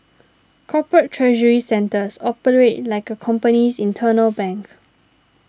corporate treasury centres operate like a company's internal bank